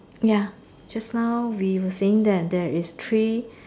ya just now we were saying that there is three